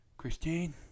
Christine